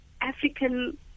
African